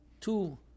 two